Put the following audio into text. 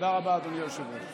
תודה רבה, אדוני היושב-ראש.